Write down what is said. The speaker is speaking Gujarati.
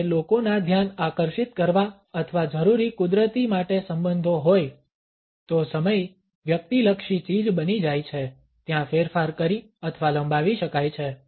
જ્યારે લોકોના ધ્યાન આકર્ષિત કરવા અથવા જરૂરી કુદરતી માટે સંબંધો હોય તો સમય વ્યક્તિલક્ષી ચીજ બની જાય છે ત્યાં ફેરફાર કરી અથવા લંબાવી શકાય છે